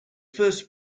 first